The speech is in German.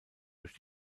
durch